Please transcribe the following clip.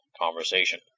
conversation